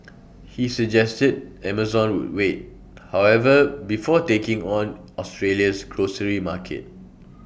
he suggested Amazon would wait however before taking on Australia's grocery market